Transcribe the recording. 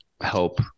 help